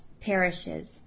perishes